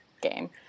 game